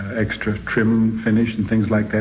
extra trim finish, and things like that.